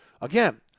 again